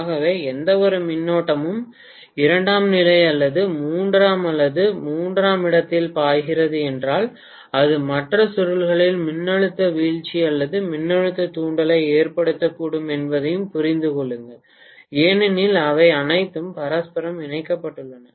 ஆகவே எந்தவொரு மின்னோட்டமும் இரண்டாம் நிலை அல்லது முதன்மை அல்லது மூன்றாம் இடத்தில் பாய்கிறது என்றால் அது மற்ற சுருள்களில் மின்னழுத்த வீழ்ச்சி அல்லது மின்னழுத்த தூண்டலை ஏற்படுத்தக்கூடும் என்பதையும் புரிந்து கொள்ளுங்கள் ஏனெனில் அவை அனைத்தும் பரஸ்பரம் இணைக்கப்படுகின்றன